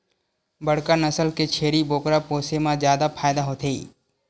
बड़का नसल के छेरी बोकरा पोसे म जादा फायदा होथे